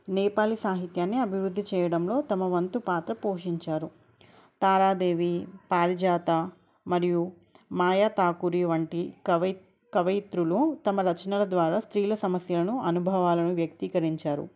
నేపాలి సాహిత్యాన్ని అభివృద్ధి చేయడంలో తమ వంతు పాత్ర పోషించారు తారాదేవి పారిజాత మరియు మాయా ఠాకురి వంటి కవైత్ కవైత్రులు తమ రచనల ద్వారా స్త్రీల సమస్యలను అనుభవాలను వ్యక్తీకరించారు